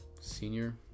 Senior